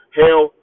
hell